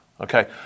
Okay